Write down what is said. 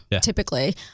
typically